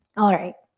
alright.